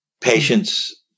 Patients